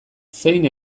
zein